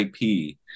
IP